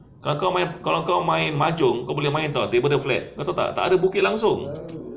kalau kau kalau kau main mahjong kalau boleh main [tau] table dia flat kau tahu tak tak ada bukit langsung